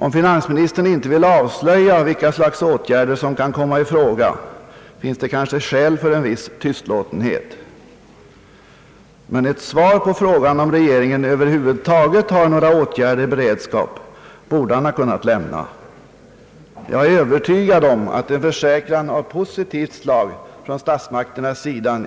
Om finansministern inte vill avslöja vilka slags åtgärder som kan komma i fråga, finns det kanske skäl för en viss tystlåtenhet. Men ett svar på frågan om regeringen över huvud taget har några åtgärder i beredskap borde han ha kunnat lämna. Jag är övertygad om att en försäkran av positivt slag från statsmakterna